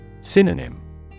Synonym